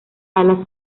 alas